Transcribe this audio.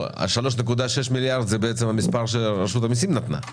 ה-3.6 מיליארד זה בעצם המספר שרשות המיסים נתנה.